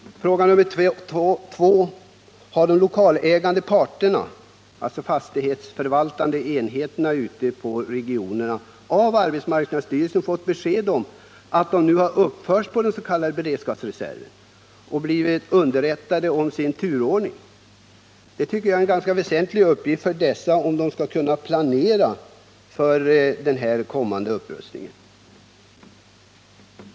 För det andra: Har de lokalägande parterna, alltså de fastighetsförvaltande enheterna ute i regionerna, fått besked av arbetsmarknadsstyrelsen om att de nu har uppförts på den s.k. beredskapsreserven? Har de i så fall blivit underrättade om sin turordning? Det är enligt min mening väsentligt att de får information, så att de kan planera för den kommande upprustningen.